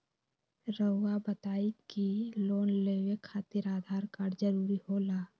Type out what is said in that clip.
रौआ बताई की लोन लेवे खातिर आधार कार्ड जरूरी होला?